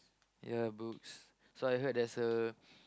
ya books so I hears there's a